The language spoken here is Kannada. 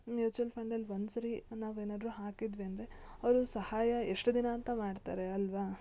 ಮ್ಯೂಚ್ವಲ್ ಫಂಡಲ್ಲಿ ಒಂದುಸರಿ ನಾವು ಏನಾದರು ಹಾಕಿದ್ವಿ ಅಂದರೆ ಅವರು ಸಹಾಯ ಎಷ್ಟು ದಿನ ಅಂತ ಮಾಡ್ತಾರೆ ಅಲ್ಲವಾ